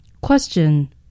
Question